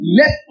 let